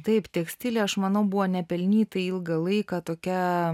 taip tekstilė aš manau buvo nepelnytai ilgą laiką tokia